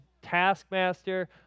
taskmaster